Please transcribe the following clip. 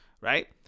right